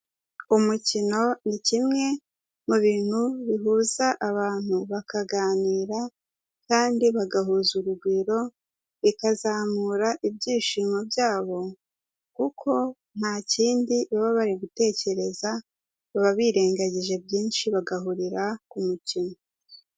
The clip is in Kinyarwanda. Umukino ni kimwe mu bintu bihuza abantu bakaganira kandi bagahuza urugwiro, bikazamura ibyishimo byabo kuko nta kindi baba bari gutekereza, baba birengagije byinshi bagahurira ku mukino.